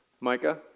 Micah